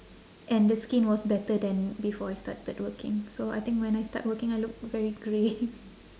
and the skin was better than before I started working so I think when I start working I look very grey